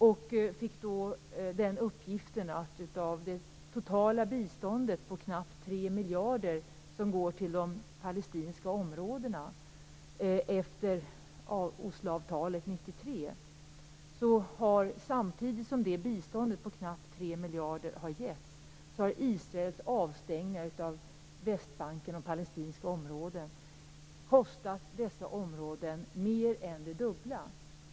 Vi fick då uppgiften att samtidigt som man har gett ett totalt bistånd på knappt 3 miljarder - det är ett bistånd som går till de palestinska områdena, efter Osloavtalet 1993 - har Israels avstängningar av Västbanken och de palestinska områdena kostat dessa områden mer än det dubbla.